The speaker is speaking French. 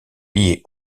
liée